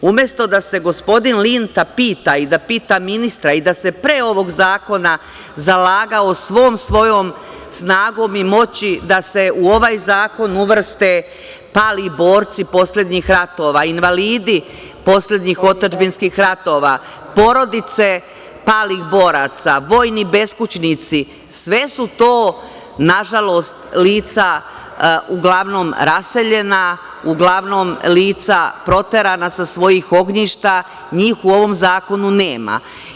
Umesto da se gospodin Linta pita i da pita ministra i da se pre ovog zakona zalagao svom svojom snagom i moći da se u ovaj zakon uvrste pali borci poslednjih ratova, invalidi poslednjih otadžbinskih ratova, porodice palih boraca, vojni beskućnici, sve su tu nažalost lica uglavnom raseljena, uglavnom lica proterana sa svojih ognjišta, njih u ovom zakonu nema.